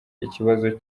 ikibazo